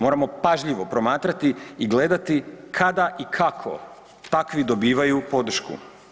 Moramo pažljivo promatrati i gledati kada i kako takvi dobivaju podršku.